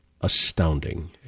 astounding